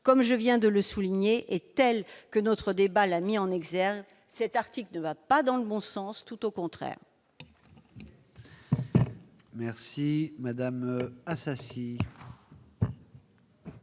Comme je viens de le souligner et tel que notre débat l'a mis en exergue, cet article ne va pas dans le bon sens, tout au contraire.